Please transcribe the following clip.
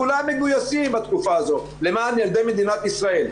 כולם מגויסים בתקופה הזאת למען ילדי מדינת ישראל,